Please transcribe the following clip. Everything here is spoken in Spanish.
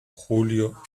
julio